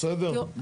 בסדר?